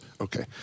Okay